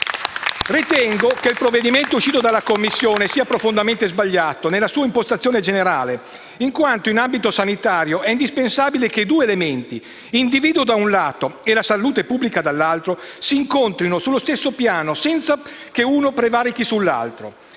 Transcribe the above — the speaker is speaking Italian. Ritengo che il provvedimento uscito dalla Commissione sia profondamente sbagliato nella sua impostazione generale, in quanto in ambito sanitario è indispensabile che i due elementi (individuo, da un lato, e salute pubblica, dall'altro) si incontrino sullo stesso piano senza che uno prevarichi sull'altro.